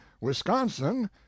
Wisconsin